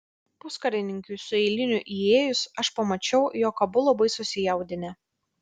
puskarininkiui su eiliniu įėjus aš pamačiau jog abu labai susijaudinę